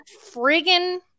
friggin